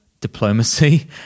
diplomacy